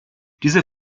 dieser